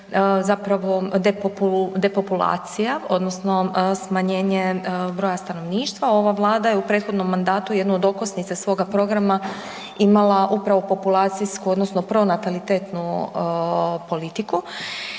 zapravo depopulacija, odnosno smanjenje broja stanovništva. Ova Vlada je u prethodnom mandatu jednu od okosnica svog programa imala upravo populacijsko odnosno pronatalitetnu politiku